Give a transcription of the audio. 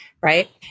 right